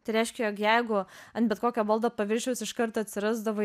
tai reiškia jog jeigu ant bet kokio baldo paviršiaus iškart atsirasdavo